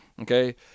okay